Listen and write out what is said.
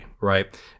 right